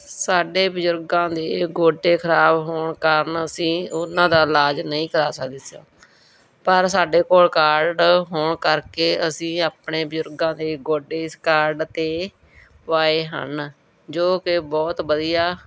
ਸਾਡੇ ਬਜ਼ੁਰਗਾਂ ਦੇ ਗੋਡੇ ਖਰਾਬ ਹੋਣ ਕਾਰਨ ਅਸੀਂ ਉਹਨਾਂ ਦਾ ਇਲਾਜ ਨਹੀਂ ਕਰਾ ਸਕਦੇ ਸੀ ਪਰ ਸਾਡੇ ਕੋਲ ਕਾਰਡ ਹੋਣ ਕਰਕੇ ਅਸੀਂ ਆਪਣੇ ਬਜ਼ੁਰਗਾਂ ਦੇ ਗੋਡੇ ਇਸ ਕਾਰਡ 'ਤੇ ਪੁਆਏ ਹਨ ਜੋ ਕਿ ਬਹੁਤ ਵਧੀਆ